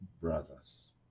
brothers